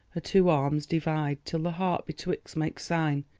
her two arms divide till the heart betwixt makes sign,